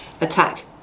attack